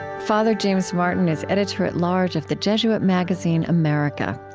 father james martin is editor-at-large of the jesuit magazine america.